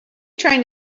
trying